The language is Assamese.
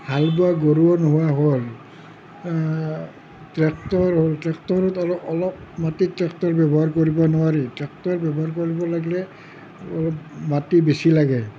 হাল বোৱা গৰুও নোহোৱা হ'ল ট্ৰেক্টৰ হ'ল ট্ৰেক্টৰ অলপ মাটিত ট্ৰেক্টৰ ব্যৱহাৰ কৰিব নোৱাৰি ট্ৰেক্টৰ ব্যৱহাৰ কৰিব লাগিলে মাটি বেছি লাগে